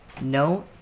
no